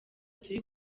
turi